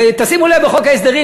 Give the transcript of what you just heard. ותשימו לב: בחוק ההסדרים,